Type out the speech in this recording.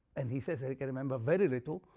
and he says that he can remember very little,